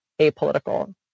apolitical